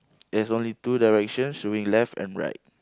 there's only two direction moving left and right